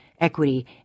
equity